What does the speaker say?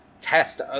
test